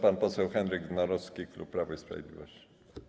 Pan poseł Henryk Wnorowski, klub Prawo i Sprawiedliwość.